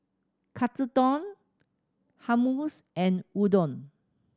Katsudon Hummus and Udon